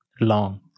long